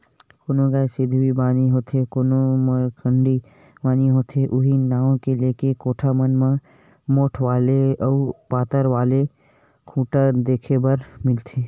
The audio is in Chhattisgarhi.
कोनो गाय सिधवी बानी होथे कोनो मरखंडी बानी होथे उहीं नांव लेके कोठा मन म मोठ्ठ वाले अउ पातर वाले खूटा देखे बर मिलथे